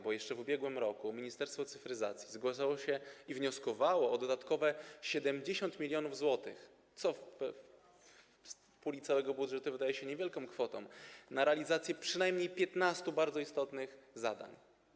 Bo jeszcze w ubiegłym roku Ministerstwo Cyfryzacji zgłaszało się i wnioskowało o dodatkowe 70 mln zł, co w puli całego budżetu wydaje się niewielką kwotą, na realizację przynajmniej 15 bardzo istotnych zadań.